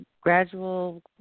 gradual